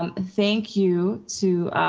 um thank you to